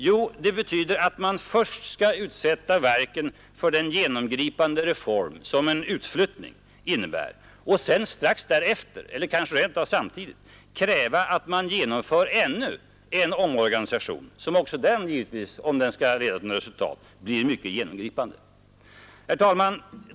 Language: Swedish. Jo, det betyder att man först skall utsätta verken för den genomgripande reform som en utflyttning innebär och sedan strax därefter eller kanske rent av samtidigt kräva att man genomför ännu en omorganisation, som också den givetvis, om den skall leda till något resultat, blir mycket genomgripande.